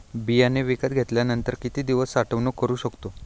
बियाणे विकत घेतल्यानंतर किती दिवस साठवणूक करू शकतो?